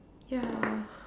ya